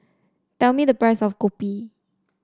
tell me the price of Kopi